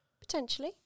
Potentially